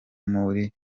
muri